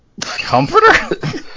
comforter